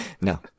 no